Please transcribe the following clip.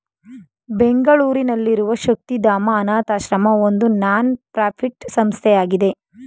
ಬೆಂಗಳೂರಿನಲ್ಲಿರುವ ಶಕ್ತಿಧಾಮ ಅನಾಥಶ್ರಮ ಒಂದು ನಾನ್ ಪ್ರಫಿಟ್ ಸಂಸ್ಥೆಯಾಗಿದೆ